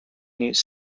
news